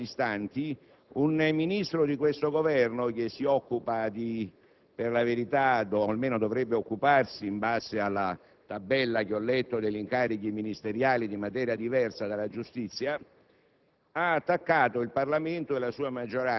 del giorno - ma non ne siamo molto distanti - un Ministro di questo Governo, che si occupa per la verità (o perlomeno dovrebbe occuparsi, in base alla tabella che ho letto degli incarichi ministeriali) di materia diversa dalla giustizia,